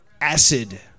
Acid